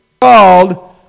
called